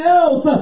else